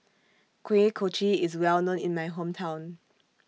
Kuih Kochi IS Well known in My Hometown